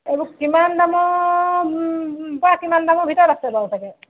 এইবোৰ কিমান দামত বা কিমান দামৰ ভিতৰত আছে বাৰু চাগে